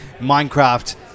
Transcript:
Minecraft